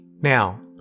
Now